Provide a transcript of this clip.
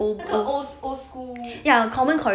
那个 old old school